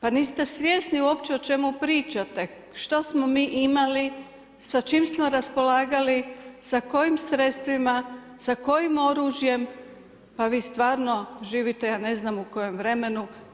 Pa niste svjesni uopće o čemu pričate, što smo mi imali, sa čime smo raspolagali, sa kojim sredstvima, sa kojim oružjem, pa vi stvarno živite ja ne znam u kojem vremenu.